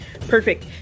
Perfect